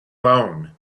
loan